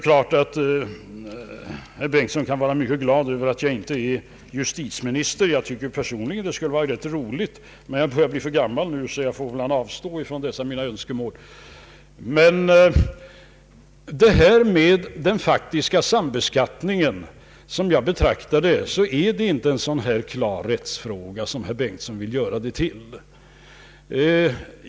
Herr Bengtson kan vara mycket glad över att jag inte är justitieminister. Jag tycker personligen att det skulle vara ganska roligt. Men jag börjar bli gammal och får väl avstå från dessa mina önskemål. Den faktiska sambeskattningen, som jag betraktar den, är emellertid inte en så klar rättsfråga som herr Bengtson vill göra den till.